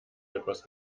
etwas